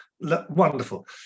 wonderful